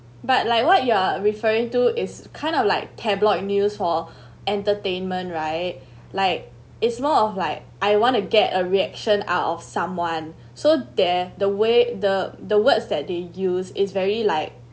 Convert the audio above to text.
but like what you are referring to is kind of like tabloid news for entertainment right like it's more of like I wanna get a reaction out of someone so there the way the the words that they use is very like